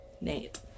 Nate